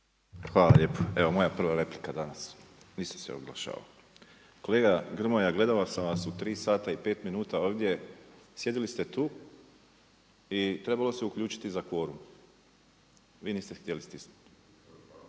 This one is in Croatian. Hvala lijepa. Evo moja prva replika danas, nisam se oglašavao. Kolega Grmoja, gledao sam vas u 3 sata i 5 minuta ovdje, sjedili ste tu i trebalo se uključiti za kvorum. Vi niste htjeli stisnuti.